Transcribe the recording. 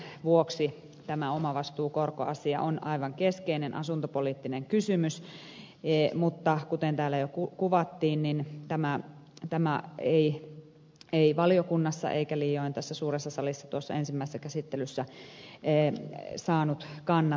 tämän vuoksi tämä omavastuukorkoasia on aivan keskeinen asuntopoliittinen kysymys mutta kuten täällä jo kuvattiin tämä ei valiokunnassa eikä liioin tässä suuressa salissa ensimmäisessä käsittelyssä saanut kannatusta